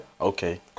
Okay